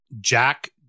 Jack